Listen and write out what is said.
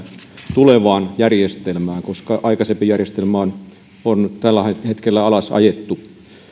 tulevaan järjestelmään koska aikaisempi järjestelmä on on tällä hetkellä alas ajettu